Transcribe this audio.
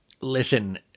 Listen—